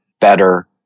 better